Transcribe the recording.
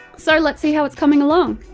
so let's see how it's coming along.